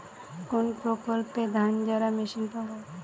কোনপ্রকল্পে ধানঝাড়া মেশিন পাব?